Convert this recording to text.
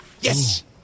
Yes